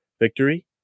victory